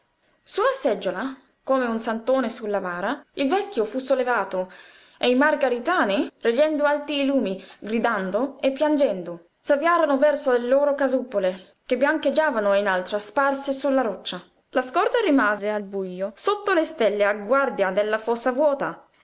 la seggiola come un santone su la bara il vecchio fu sollevato e i margaritani reggendo alti i lumi gridando e piangendo s'avviarono verso le loro casupole che biancheggiavano in alto sparse su la roccia la scorta rimase al bujo sotto le stelle a guardia della fossa vuota